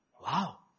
Wow